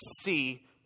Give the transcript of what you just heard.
see